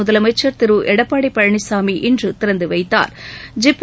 முதலமைச்சா் திரு எடப்பாடி பழனிசாமி இன்று திறந்து வைத்தாா்